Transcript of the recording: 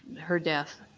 her death,